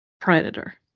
predator